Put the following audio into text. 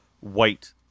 white